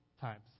times